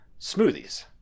smoothies